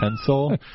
pencil